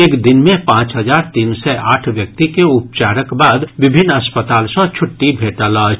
एक दिन मे पांच हजार तीन सय आठ व्यक्ति के उपचारक बाद विभिन्न अस्पताल सँ छुट्टी भेटल अछि